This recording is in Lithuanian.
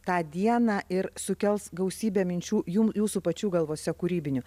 tą dieną ir sukels gausybę minčių jum jūsų pačių galvose kūrybinių